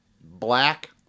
Black